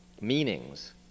meanings